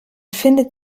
findet